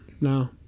No